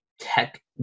tech